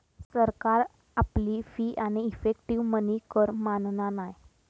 सरकार आपली फी आणि इफेक्टीव मनी कर मानना नाय